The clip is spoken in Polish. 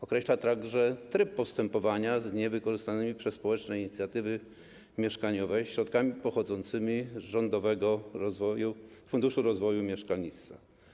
Określa on także tryb postępowania z niewykorzystanymi przez społeczne inicjatywy mieszkaniowe środkami pochodzącymi z Rządowego Funduszu Rozwoju Mieszkalnictwa.